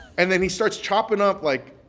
and then he starts chopping up, like,